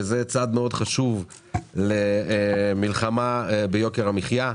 וזה צעד חשוב מאוד למלחמה ביוקר המחייה.